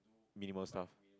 minimal stuff